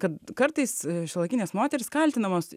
kad kartais šiuolaikinės moterys kaltinamos